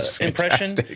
impression